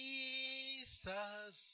Jesus